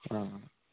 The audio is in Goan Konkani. आं